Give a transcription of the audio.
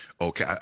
okay